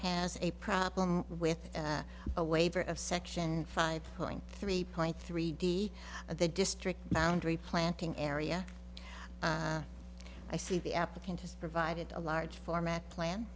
has a problem with a waiver of section five point three point three d of the district boundaries planting area i see the applicant has provided a large format plan